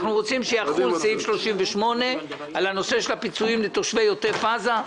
אנחנו רוצים שיחול סעיף 38 על הנושא של הפיצויים לתושבי עוטף עזה.